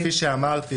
כפי שאמרתי,